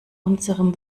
unserem